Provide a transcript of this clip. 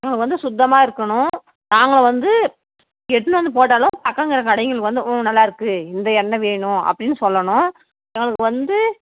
எங்களுக்கு வந்து சுத்தமாக இருக்கணும் நாங்கள் வந்து எட்னு வந்து போட்டாலும் பக்கங்கள் இருக்கிற கடைகள் வந்து உம் நல்லாருக்கு இந்த எண்ணெ வேணும் அப்படின்னு சொல்லணும் எங்களுக்கு வந்து